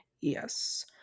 Yes